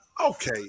okay